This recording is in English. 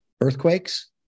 earthquakes